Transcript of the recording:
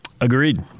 Agreed